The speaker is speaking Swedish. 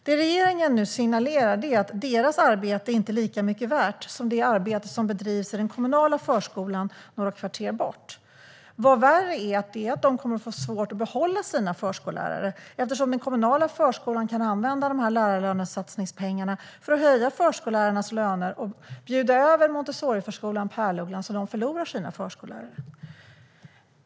Det regeringen nu signalerar är att deras arbete inte är lika mycket värt som det arbete som bedrivs i den kommunala förskolan några kvarter bort. Vad värre är att de kommer att få svårt att behålla sina förskollärare, eftersom den kommunala förskolan kan använda lärarlönesatsningspengarna för att höja förskollärarnas löner och bjuda över Montessoriförskolan Pärlugglan, så att de förlorar sina förskollärare.